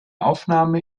aufnahme